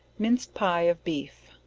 minced pie of beef.